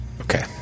Okay